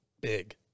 big